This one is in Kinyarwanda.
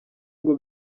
ngo